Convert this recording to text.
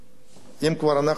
אם כבר אנחנו מדברים,